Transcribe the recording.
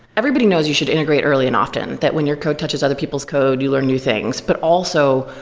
everybody knows you should integrate early and often that when your code touches other people's code, you learn new things. but also,